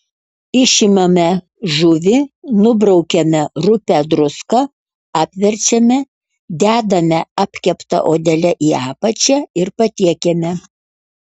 išimame žuvį nubraukiame rupią druską apverčiame dedame apkepta odele į apačią ir patiekiame